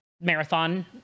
Marathon